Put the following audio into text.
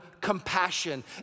compassion